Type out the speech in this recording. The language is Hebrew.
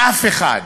אף אחד,